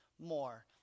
more